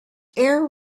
air